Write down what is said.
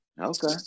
Okay